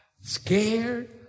scared